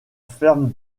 ferme